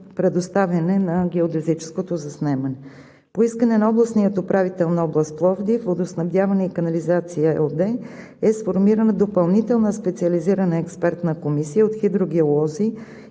предоставяне на геодезическото заснемане. По искане на областния управител на област Пловдив към „Водоснабдяване и канализация“ ЕООД е сформирана допълнителна специализирана експертна комисия от хидрогеолози